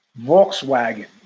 Volkswagen